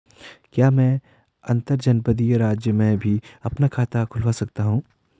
क्या मैं अंतर्जनपदीय राज्य में भी अपना खाता खुलवा सकता हूँ?